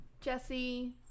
Jesse